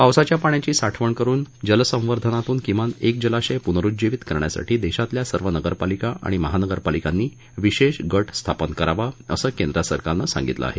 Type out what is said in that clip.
पावसाच्या पाण्याची साठवण करुन जलसंवर्धनातून किमान एक जलाशय पुनरुज्जीवित करण्यासाठी देशातल्या सर्व नगरपालिका आणि महानगरपालिकांनी विशेष गट स्थापन करावा असं केंद्रसरकारनं सांगितलं आहे